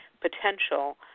potential